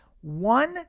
one